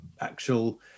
actual